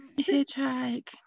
Hitchhike